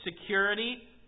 Security